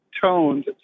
tones